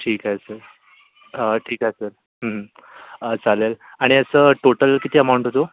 ठीक आहे सर ठीक आहे सर चालेल आणि याचं टोटल किती अमाऊंट होतो